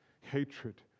hatred